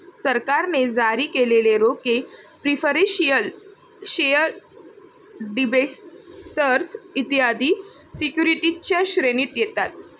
सरकारने जारी केलेले रोखे प्रिफरेंशियल शेअर डिबेंचर्स इत्यादी सिक्युरिटीजच्या श्रेणीत येतात